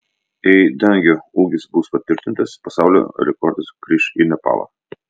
jei dangio ūgis bus patvirtintas pasaulio rekordas grįš į nepalą